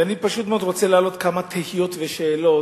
ואני פשוט מאוד רוצה להעלות כמה תהיות ושאלות,